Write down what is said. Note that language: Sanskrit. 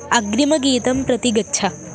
अग्रिमगीतं प्रति गच्छ